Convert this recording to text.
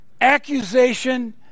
accusation